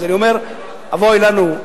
אני אומר: אבוי לנו.